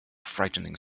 frightening